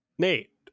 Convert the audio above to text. Nate